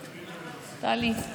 טלי?